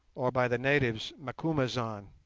or by the natives macumazahn'